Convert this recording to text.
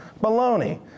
Baloney